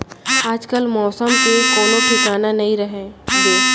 आजकाल मौसम के कोनों ठिकाना नइ रइगे